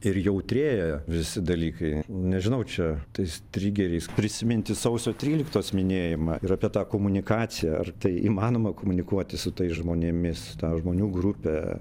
ir jautrėja visi dalykai nežinau čia tais trigeriais prisiminti sausio tryliktos minėjimą ir apie tą komunikaciją ar tai įmanoma komunikuoti su tais žmonėmis tą žmonių grupę